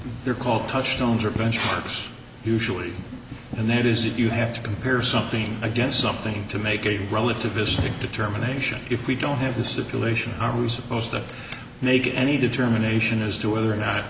there called touchstones or benchmarks usually and that is that you have to compare something against something to make a relativistic determination if we don't have the situation are we supposed to make any determination as to whether or not